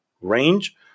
range